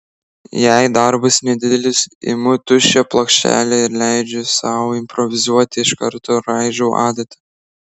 jei darbas nedidelis imu tuščią plokštelę ir leidžiu sau improvizuoti iš karto raižau adata